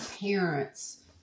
parents